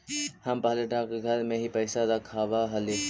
हम पहले डाकघर में ही पैसा रखवाव हली